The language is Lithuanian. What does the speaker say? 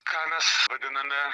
ką mes vadiname